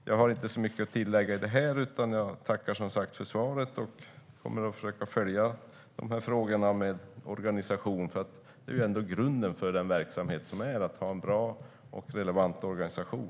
Jag har inte så mycket att tillägga i detta. Jag tackar för svaret och ska försöka följa frågorna om organisation. Grunden för verksamheten är ändå att man har en bra och relevant organisation.